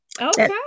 Okay